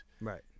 Right